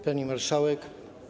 Pani Marszałek!